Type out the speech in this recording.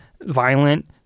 violent